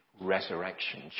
resurrection